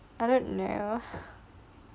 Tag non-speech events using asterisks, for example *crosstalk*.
I like *noise*